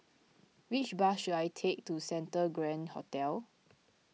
which bus should I take to Santa Grand Hotel